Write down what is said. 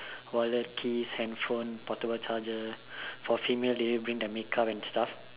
wallet keys handphone portable charger for female they bring their make up and stuff